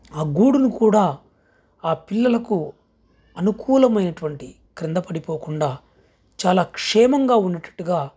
ఆ గూడును కూడా ఆ పిల్లలకు అనుకూలమైనటువంటి క్రింద పడిపోకుండా చాలా క్షేమంగా ఉండేటట్టుగా